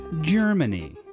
Germany